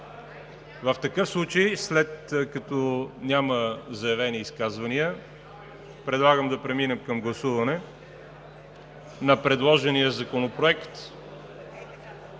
В такъв случай, след като няма заявени изказвания, предлагам да преминем към гласуване на предложения Законопроект,